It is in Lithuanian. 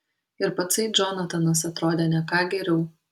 ir patsai džonatanas atrodė ne ką geriau